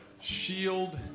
shield